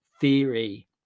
theory